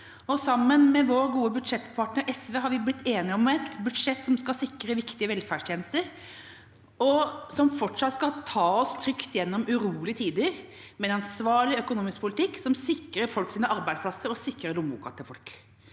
Sammen med vår gode budsjettpartner SV har vi blitt enige om et budsjett som skal sikre viktige velferdstjenester, og som fortsatt skal ta oss trygt gjennom urolige tider, med en ansvarlig økonomisk politikk som sikrer folks arbeidsplasser og sikrer lommeboka til folk.